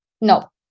No